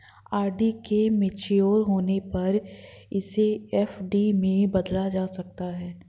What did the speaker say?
RD के mature होने पर इसे एफ.डी में बदला जा सकता है